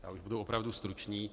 Já už budu opravdu stručný.